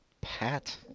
Pat